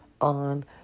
on